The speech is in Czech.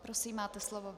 Prosím, máte slovo.